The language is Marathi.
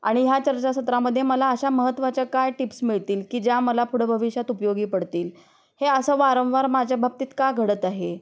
आणि ह्या चर्चासत्रामध्ये मला अशा महत्त्वाच्या काय टिप्स मिळतील की ज्या मला पुढं भविष्यात उपयोगी पडतील हे असं वारंवार माझ्या बाबतीत का घडत आहे